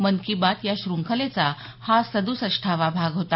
मन की बात या शृंखलेचा हा सद्सष्ठावा भाग होता